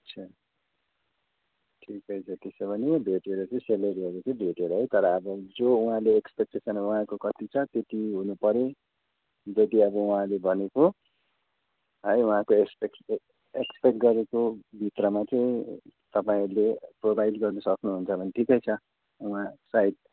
अच्छा ठिकै छ त्यसो हो भने भेटेर चाहिँ सेलेरीहरू चाहिँ भेटेर है तर अब जो उहाँले एक्पेक्टेसन उहाँको कति छ त्यति हुनुपऱ्यो त्यति अब उहाँले भनेको है उहाँको एक्सपेक एक्सपेक्ट गरेको भित्रमा चाहिँ तपाईँहरूले प्रोभाइड गर्नु सक्नुहुन्छ भने ठिकै छ उहाँ सायद